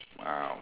ah